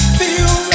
feel